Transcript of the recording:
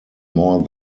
more